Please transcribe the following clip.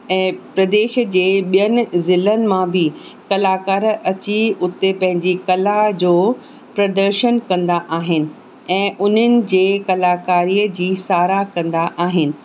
ऐं प्रदेश जे ॿियनि ज़िलनि मां बि कलाकार अची उते पंहिंजी कला जो प्रदर्शन कंदा आहिनि ऐं उन्हनि जे कलाकारीअ जी साराह कंदा आहिनि